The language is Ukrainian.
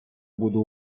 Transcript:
буду